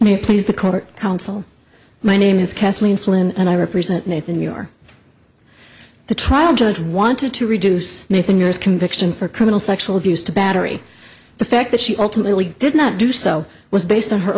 me please the court counsel my name is kathleen flynn and i represent nathan we are the trial judge wanted to reduce the thing your conviction for criminal sexual abuse to battery the fact that she ultimately did not do so was based on her